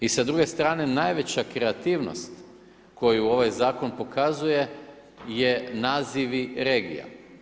I s druge strane najveća kreativnost koju ovaj zakon pokazuje je nazivi regija.